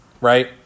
right